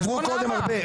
דיברו קודם הרבה.